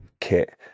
kit